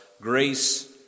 grace